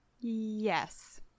Yes